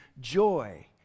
joy